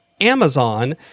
Amazon